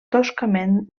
toscament